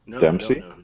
Dempsey